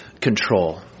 control